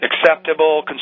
Acceptable